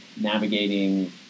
navigating